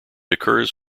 occurs